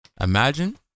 Imagine